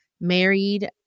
married